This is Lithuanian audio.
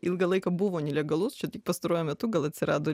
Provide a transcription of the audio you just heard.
ilgą laiką buvo nelegalus čia tik pastaruoju metu gal atsirado